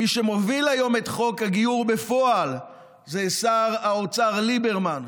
אם מי שמוביל היום את חוק הגיור בפועל זה שר האוצר ליברמן,